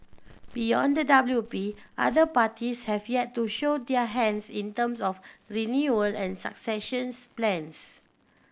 beyond the W P other parties have yet to show their hands in terms of renewal and successions plans